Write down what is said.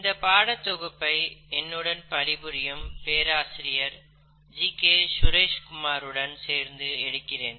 இந்த பாடத்தொகுப்பை என்னுடன் பணிபுரியும் பேராசிரியர் ஜி கே சுரேஷ் குமாருடன் சேர்ந்து எடுக்கிறேன்